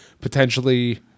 potentially